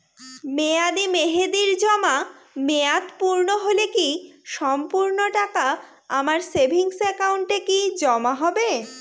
মেয়াদী মেহেদির জমা মেয়াদ পূর্ণ হলে কি সম্পূর্ণ টাকা আমার সেভিংস একাউন্টে কি জমা হবে?